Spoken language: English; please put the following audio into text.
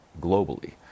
globally